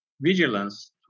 vigilance